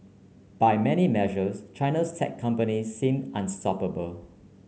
by many measures China's tech companies seem unstoppable